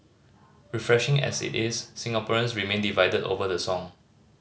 refreshing as it is Singaporeans remain divided over the song